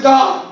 God